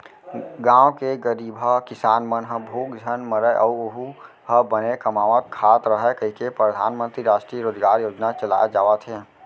गाँव के गरीबहा किसान मन ह भूख झन मरय अउ ओहूँ ह बने कमावत खात रहय कहिके परधानमंतरी रास्टीय रोजगार योजना चलाए जावत हे